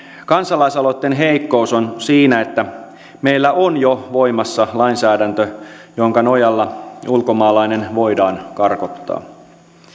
kansalaisaloitteen heikkous on siinä että meillä on jo voimassa lainsäädäntö jonka nojalla ulkomaalainen voidaan karkottaa